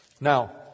Now